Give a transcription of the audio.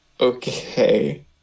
Okay